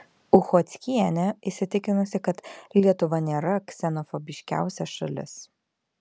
uchockienė įsitikinusi kad lietuva nėra ksenofobiškiausia šalis